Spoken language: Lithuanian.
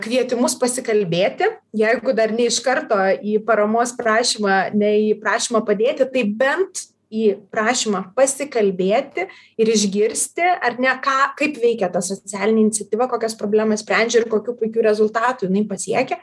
kvietimus pasikalbėti jeigu dar ne iš karto į paramos prašymą ne į prašymą padėti tai bent į prašymą pasikalbėti ir išgirsti ar ne ką kaip veikia ta socialinė iniciatyva kokias problemas sprendžia ir kokių puikių rezultatų jinai pasiekia